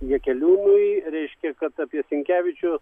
jakeliūnui reiškia kad apie sinkevičių